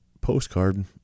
postcard